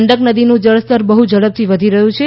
ગંડક નદીનું જળસ્તર બહ્ ઝડપથી વધી રહ્યું છે